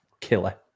killer